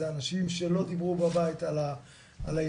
זה אנשים שלא דיברו בבית על הילדים,